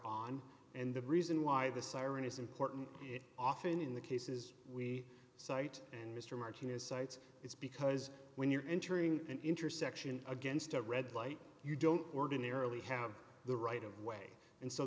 on and the reason why the siren is important often in the cases we cite and mr martinez cites it's because when you're entering an intersection against a red light you don't ordinarily have the right of way and so